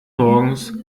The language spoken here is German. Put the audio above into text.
morgens